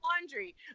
laundry